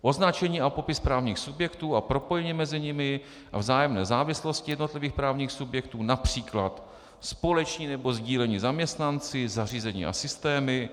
Označení a popis právních subjektů a propojení mezi nimi a vzájemné závislosti jednotlivých právních subjektů, například společní nebo sdílení zaměstnanci, zařízení a systémy;